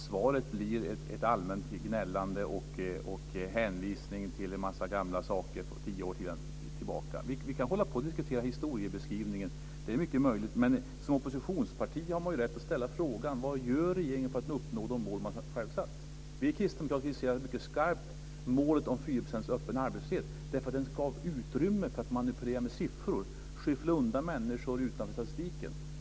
Svaret är ett allmänt gnällande och hänvisning till en massa gamla saker tio år tillbaka i tiden. Vi kan hålla på att diskutera historieskrivningen, det är möjligt, men som oppositionsparti har man rätt att ställa frågan: Vad gör regeringen för att uppnå de mål som man själv har satt? Vi kristdemokrater kritiserar mycket skarpt målet om 4 % öppen arbetslöshet därför att det skapar utrymme för att manipulera med siffror, skyffla undan människor utanför statistiken.